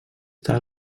tard